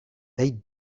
they